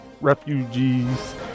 refugees